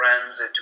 friends